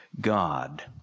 God